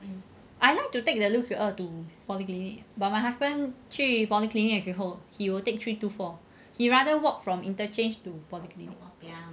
I like to take 六十二 to polyclinic but my husband 去 polyclinic 的时后 he will take three two four he rather walk from interchange to polyclinic